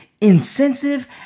Insensitive